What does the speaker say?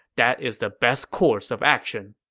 that is the best course of action.